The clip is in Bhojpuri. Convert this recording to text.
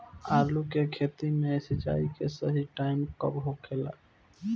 आलू के खेती मे सिंचाई के सही टाइम कब होखे ला?